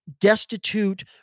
destitute